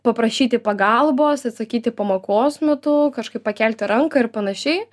paprašyti pagalbos atsakyti pamokos metu kažkaip pakelti ranką ir panašiai